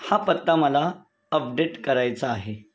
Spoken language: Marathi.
हा पत्ता मला अपडेट करायचा आहे